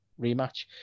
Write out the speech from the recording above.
rematch